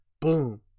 Boom